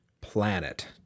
planet